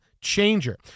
changer